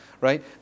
right